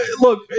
look